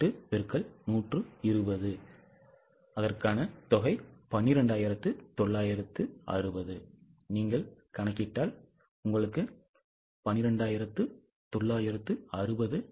108 X 120 12960